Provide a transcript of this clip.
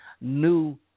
new